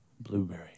Blueberry